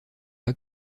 pas